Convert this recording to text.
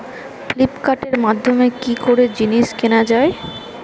ফ্লিপকার্টের মাধ্যমে কি করে জিনিস কেনা যায়?